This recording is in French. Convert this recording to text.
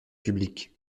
public